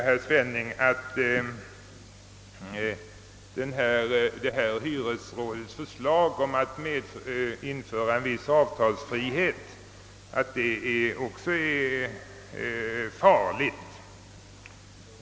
Herr Svenning säger sedan att hyresrådets förslag om att införa en viss avtalsfrihet också är farligt.